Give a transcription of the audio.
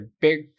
big